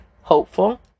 hopeful